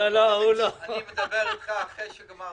אני מדבר איתך אחרי שגמרתי.